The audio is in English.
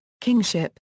kingship